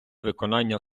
виконання